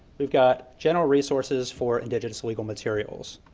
we've got general resources for indigenous legal materials.